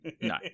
No